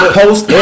post